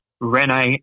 Rene